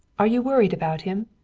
are you worried about him?